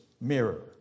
mirror